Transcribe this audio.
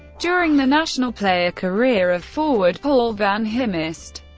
during the national player career of forward paul van himst,